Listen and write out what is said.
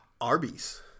Arby's